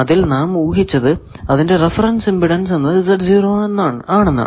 അതിൽ നാം ഊഹിച്ചത് അതിന്റെ റഫറൻസ് ഇമ്പിഡൻസ് എന്നത് ആണെന്നാണ്